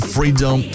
Freedom